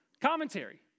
commentary